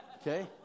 okay